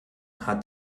hat